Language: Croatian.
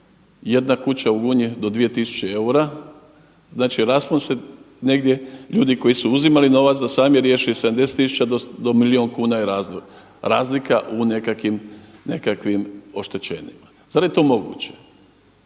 jedna kuća u Gunji do dvije tisuće eura, da će raspon se negdje ljudi koji su uzimali novac da sami riješe i 70 tisuća do milijun je kuna razlika u nekakvim oštećenjima? Zar je to moguće?